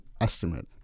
estimate